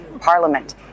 Parliament